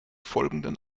folgenden